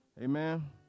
Amen